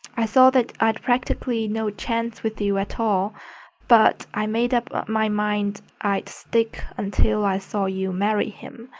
i saw that i'd practically no chance with you at all but i made up my mind i'd stick until i saw you marry him,